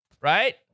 Right